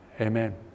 Amen